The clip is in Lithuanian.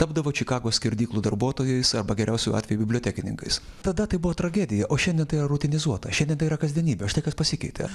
tapdavo čikagos skerdyklų darbuotojais arba geriausiu atveju bibliotekininkais tada tai buvo tragedija o šiandien tai yra rutinizuota šiandien tai yra kasdienybė štai kas pasikeitė